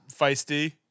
feisty